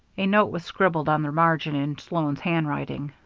a note was scribbled on the margin in sloan's handwriting.